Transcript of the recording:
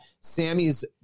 Sammy's